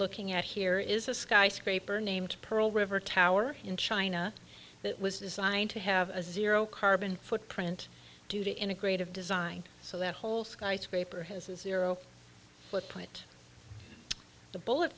looking at here is a skyscraper named pearl river tower in china that was designed to have a zero carbon footprint due to integrate of design so that whole skyscraper has a zero footprint the bullet